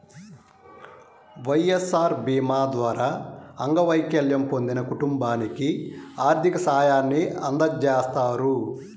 వైఎస్ఆర్ భీమా ద్వారా అంగవైకల్యం పొందిన కుటుంబానికి ఆర్థిక సాయాన్ని అందజేస్తారు